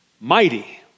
mighty